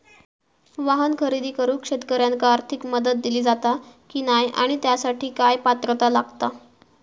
वाहन खरेदी करूक शेतकऱ्यांका आर्थिक मदत दिली जाता की नाय आणि त्यासाठी काय पात्रता लागता?